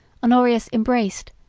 honorius embraced,